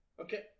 Okay